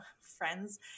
friends